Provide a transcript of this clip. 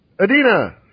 Adina